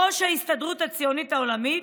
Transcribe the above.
ראש ההסתדרות הציונית העולמית,